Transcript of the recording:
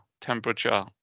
temperature